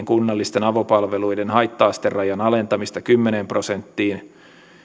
kunnallisten avopalveluiden haitta asterajan alentamista kymmeneen prosenttiin